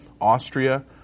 Austria